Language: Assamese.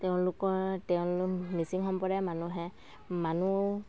তেওঁলোকৰ তেওঁলোক মিচিং সম্প্ৰদায়ৰ মানুহে মানুহ